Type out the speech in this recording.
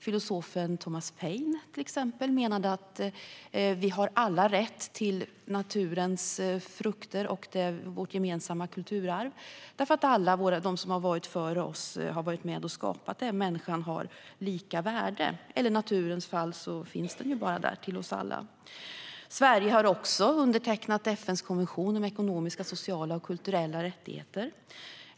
Filosofen Thomas Paine menade till exempel att vi har alla rätt till naturens frukter och vårt gemensamma kulturarv, eftersom alla som har varit före oss har varit med och skapat det. Människan har lika värde, och i naturens fall finns den ju bara där till oss alla. Sverige har också undertecknat FN:s konvention om ekonomiska, sociala och kulturella rättigheter.